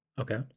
Okay